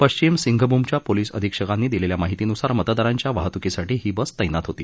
पश्चिम सिंघभूमच्या पोलिस अधिक्षकांनी दिलेल्या माहितीनुसार मतदारांच्या वाहतुकीसाठी ही बस तैनात होती